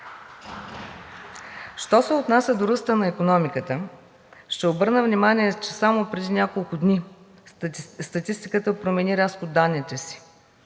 Що се отнася до ръста на икономиката, ще обърна внимание, че само преди няколко дни статистиката промени рязко данните си